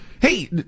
Hey